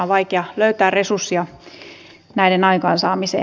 on vaikea löytää resurssia näiden aikaansaamiseen